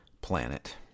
planet